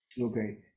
okay